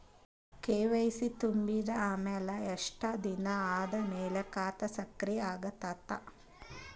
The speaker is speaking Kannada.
ಕೆ.ವೈ.ಸಿ ತುಂಬಿದ ಅಮೆಲ ಎಷ್ಟ ದಿನ ಆದ ಮೇಲ ಖಾತಾ ಸಕ್ರಿಯ ಅಗತದ?